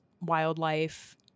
wildlife